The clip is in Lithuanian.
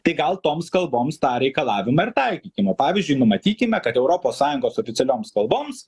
tai gal toms kalboms tą reikalavimą ir taikymime pavyzdžiui numatykime kad europos sąjungos oficialioms kalboms